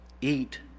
eat